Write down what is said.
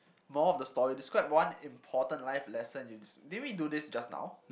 moral of the story describe one important life lesson you s~ didn't we to this just now